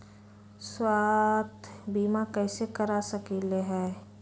स्वाथ्य बीमा कैसे करा सकीले है?